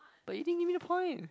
but you didn't give me the point